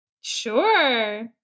Sure